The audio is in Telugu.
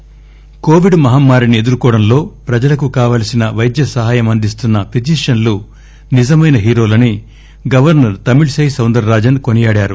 గవర్స ర్ కొవిడ్ మహమ్మారిని ఎదుర్కోవటంలో ప్రజలకు కావాల్సిన వైద్య సాయం అందిస్తున్న ఫిజీషియన్లు నిజమైన హీరోలని governor Tamilisai Soundararajan కొనియాడారు